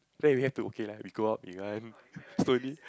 after that we have to okay lah we go up we run slowly